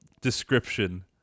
description